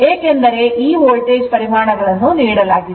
ಏಕೆಂದರೆ ಈ ವೋಲ್ಟೇಜ್ ಪರಿಮಾಣಗಳನ್ನು ನೀಡಲಾಗಿದೆ